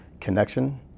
connection